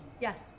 Yes